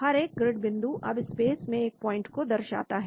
हर एक ग्रिड बिंदु अब स्पेस में एक पॉइंट को दर्शाता है